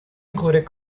included